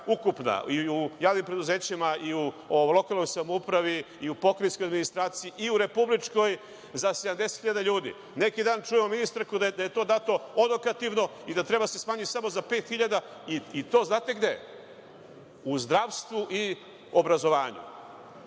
ukupna i u javnim preduzećima, i u lokalnoj samoupravi i pokrajinskoj administraciji i u republičkoj za 70.000 ljudi. Neki dan čujemo ministarku da je to dato odokativno i da treba da se smanji samo za pet hiljada, i to znate gde, u zdravstvu i obrazovanju.